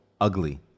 ugly